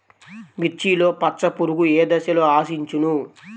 మిర్చిలో పచ్చ పురుగు ఏ దశలో ఆశించును?